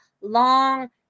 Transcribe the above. long